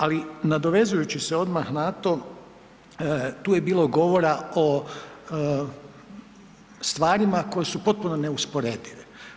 Ali, nadovezujući se odmah na to, tu je bilo govora o stvarima koje su potpuno neusporedive.